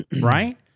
right